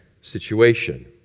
situation